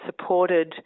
supported